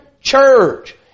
church